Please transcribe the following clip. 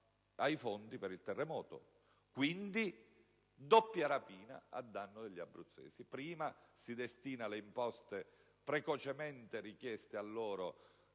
una doppia rapina a danno degli abruzzesi: prima si destinano le imposte, precocemente richieste loro,